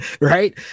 right